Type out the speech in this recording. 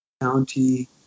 County